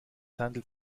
handelt